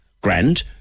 grand